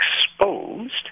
exposed